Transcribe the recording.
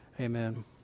amen